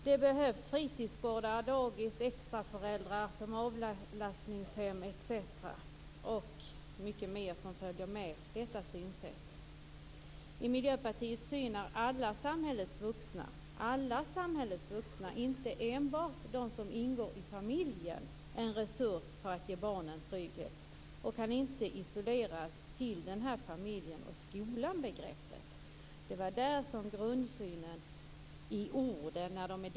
Det behövs fritidsgårdar, dagis, extraföräldrar som avlastningshem, och annat som följer med detta synsätt. Enligt Miljöpartiets syn är alla samhällets vuxna, inte enbart de som ingår i familjen, en resurs för att ge barnen trygghet. Det kan inte isoleras till bara familjen och skolan. Det var där som grundsynen i ord skilde sig.